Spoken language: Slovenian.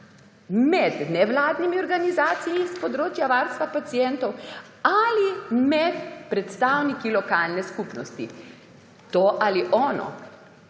med nevladnimi organizacijami s področja varstva pacientov ali med predstavniki lokalne skupnosti; to ali ono.